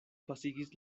pasigis